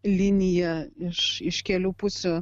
linija iš iš kelių pusių